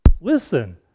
listen